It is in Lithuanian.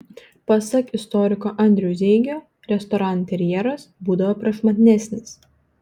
pasak istoriko andriaus zeigio restoranų interjeras būdavo prašmatnesnis